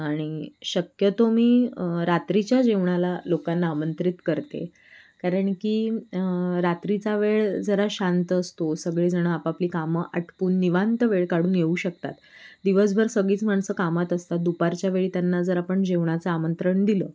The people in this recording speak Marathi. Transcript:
आणि शक्यतो मी रात्रीच्या जेवणाला लोकांना आमंत्रित करते कारण की रात्रीचा वेळ जरा शांत असतो सगळी जणं आपापली कामं आटपून निवांत वेळ काढून येऊ शकतात दिवसभर सगळीच माणसं कामात असतात दुपारच्यावेळी त्यांना जर आपण जेवणाचं आमंत्रण दिलं